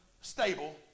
stable